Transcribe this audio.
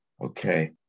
Okay